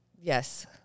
yes